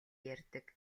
ярьдаг